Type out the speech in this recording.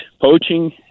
poaching